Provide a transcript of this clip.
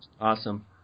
Awesome